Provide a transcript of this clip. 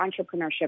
entrepreneurship